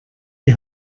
die